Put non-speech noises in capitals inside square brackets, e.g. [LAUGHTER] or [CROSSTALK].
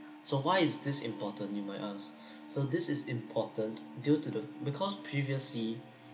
so why is this important you might ask [BREATH] so this is important due to the because previously